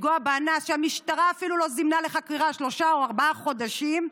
לפגוע באנס שהמשטרה אפילו לא זימנה לחקירה שלושה או ארבעה חודשים,